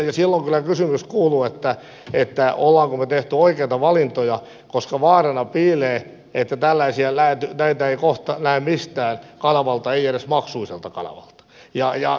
silloin kyllä kysymys kuuluu olemmeko me tehneet oikeita valintoja koska vaarana piilee että näitä ei kohta näe miltään kanavalta ei edes maksulliselta kanavalta